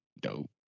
dope